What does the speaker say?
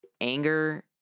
anger